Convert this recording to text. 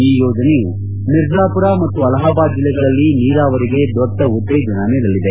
ಈ ಯೋಜನೆಯು ಮಿರ್ಜಾಪುರ ಮತ್ತು ಅಲಹಾಬಾದ್ ಜಿಲ್ಲೆಗಳಲ್ಲಿ ನೀರಾವರಿಗೆ ದೊಡ್ಡ ಉತ್ತೇಜನ ನೀಡಲಿದೆ